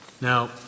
Now